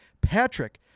Patrick